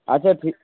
আচ্ছা ঠিক